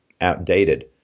outdated